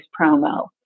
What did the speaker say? promo